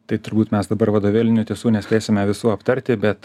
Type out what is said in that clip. tai turbūt mes dabar vadovėlinių tiesų nespėsime visų aptarti bet